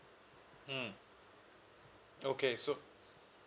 mm okay so